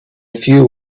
few